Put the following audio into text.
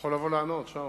אתה יכול לבוא לענות, שאול.